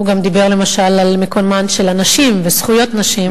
הוא גם דיבר למשל על מקומן של הנשים וזכויות נשים.